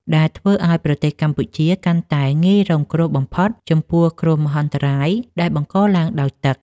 ដែលធ្វើឱ្យប្រទេសកម្ពុជាកាន់តែងាយរងគ្រោះបំផុតចំពោះគ្រោះមហន្តរាយដែលបង្កឡើងដោយទឹក។